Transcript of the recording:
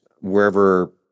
wherever